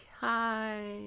hi